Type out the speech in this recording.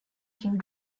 king